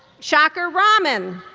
shakeer rahman,